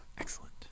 excellent